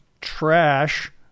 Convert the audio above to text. trash